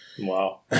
Wow